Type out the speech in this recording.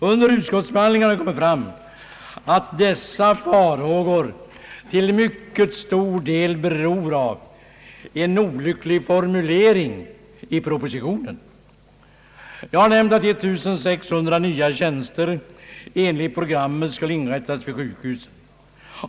Under utskottsbehandlingen har framkommit att dessa farhågor till mycket stor del har sin grund i en olycklig formulering i propositionen. Jag har nämnt att 1600 nya tjänster enligt programmet skall inrättas vid sjukhusen.